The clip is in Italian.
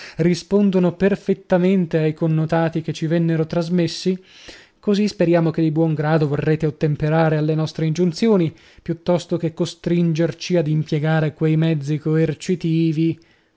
rispondono perfettamente ai connotati che ci vennero trasmessi così speriamo che di buon grado vorrete ottemperare alle nostre ingiunzioni piuttosto che costringerci ad impiegare quei mezzi coercitivi